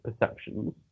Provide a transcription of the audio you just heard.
perceptions